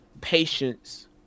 patience